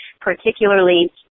particularly